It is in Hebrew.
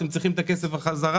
אתם צריכים את הכסף בחזרה,